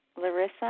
Larissa